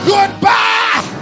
Goodbye